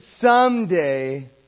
someday